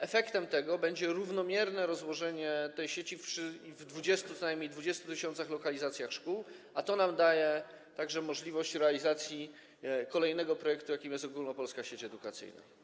Efektem tego będzie równomierne rozłożenie tej sieci w co najmniej 20 tys. lokalizacji szkół, a to nam daje także możliwość realizacji kolejnego projektu, jakim jest Ogólnopolska Sieć Edukacyjna.